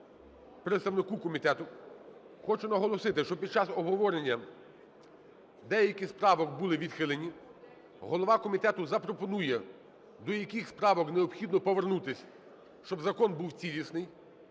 представнику комітету. Хочу наголосити, що під час обговорення деякі з правок були відхилені. Голова комітету запропонує, до яких з правок необхідно повернутися, щоб закон був цілісний.